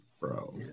Bro